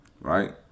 right